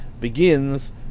begins